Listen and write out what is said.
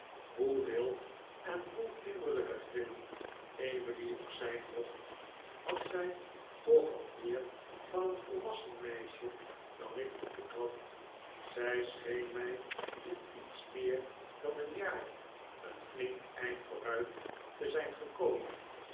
hoe wild en vol kinderlijke grillen emily ook zijn mocht had zij toch al meer van een volwassen meisje dan ik vermoed had zij scheen mij in iets meer dan een jaar een flink eind vooruit te zijn gekomen